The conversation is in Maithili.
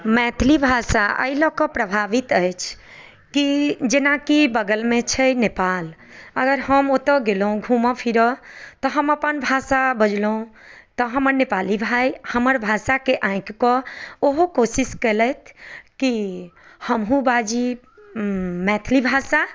मैथिली भाषा अइ लए कऽ प्रभावित अछि की जेनाकि बगलमे छै नेपाल अगर हम ओतऽ गेलहुँ घूमऽ फिरऽ तऽ हम अपन भाषा बजलहुँ तऽ हमर नेपाली भाय हमर भाषाके आँकिकऽ ओहो कोशिश कयलथि की हमहुँ बाजी मैथिली भाषा